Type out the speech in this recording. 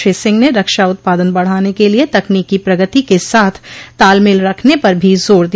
श्री सिंह ने रक्षा उत्पादन बढ़ाने के लिए तकनीकी प्रगति के साथ तालमेल रखने पर भी जोर दिया